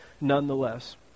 nonetheless